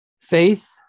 Faith